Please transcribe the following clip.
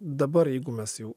dabar jeigu mes jau